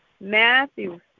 Matthew